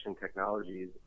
Technologies